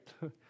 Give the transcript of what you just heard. Right